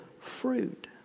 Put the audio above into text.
fruit